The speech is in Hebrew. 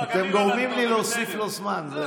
אתם גורמים לי להוסיף לו זמן.